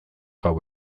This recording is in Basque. hau